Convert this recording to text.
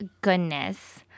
goodness